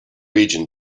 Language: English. region